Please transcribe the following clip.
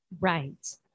right